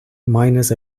minus